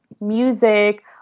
music